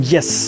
Yes